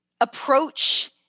approach